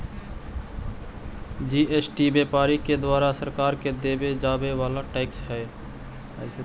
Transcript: GST व्यापारि के द्वारा सरकार के देवे जावे वाला टैक्स हई